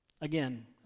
Again